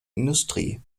industrie